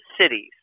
cities